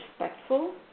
respectful